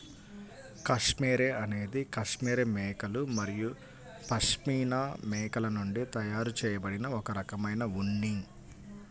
cashmere అనేది cashmere మేకలు మరియు పష్మినా మేకల నుండి తయారు చేయబడిన ఒక రకమైన ఉన్ని